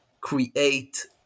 create